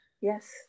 Yes